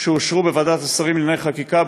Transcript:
אושרו בוועדת השרים לענייני חקיקה,